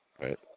Right